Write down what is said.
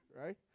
right